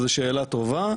זו שאלה טובה,